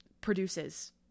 produces